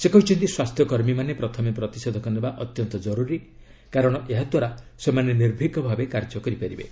ସେ କହିଛନ୍ତି ସ୍ୱାସ୍ଥ୍ୟ କର୍ମୀମାନେ ପ୍ରଥମେ ପ୍ରତିଷେଧକ ନେବା ଅତ୍ୟନ୍ତ ଜରୁରି କାରଣ ଏହାଦ୍ୱାରା ସେମାନେ ନିର୍ଭିକ ଭାବେ କାର୍ଯ୍ୟ କରିପାରିବେ